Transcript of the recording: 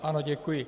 Ano, děkuji.